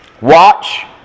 watch